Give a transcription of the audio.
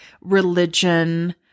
religion